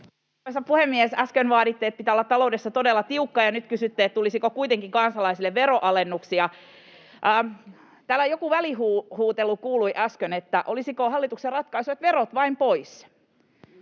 puhemies! Äsken vaaditte, että pitää olla taloudessa todella tiukka, ja nyt kysytte, tulisiko kuitenkin kansalaisille veronalennuksia. Täällä kuului äsken joku välihuutelu, olisiko hallituksen ratkaisu, että verot vain pois.